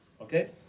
Okay